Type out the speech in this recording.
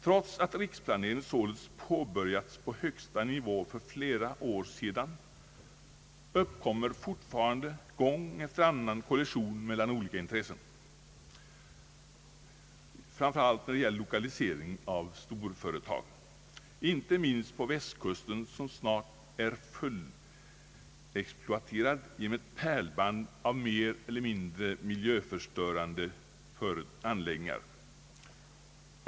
Trots att riksplaneringen således påbörjats på högsta nivå för flera år sedan uppkommer fortfarande gång efter annan kollision mellan olika intressen framför allt när det gäller lokalisering av storföretag inte minst vid västkusten som snart är fullexploaterad genom ett pärlband av mer eller mindre miljöförstörande anläggningar.